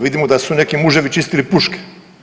Vidimo da su neki muževi čistili puške.